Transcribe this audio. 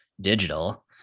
digital